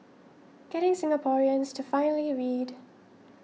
getting Singaporeans to finally read